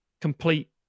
complete